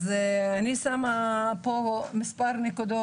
אני שמה כאן מספר נקודות.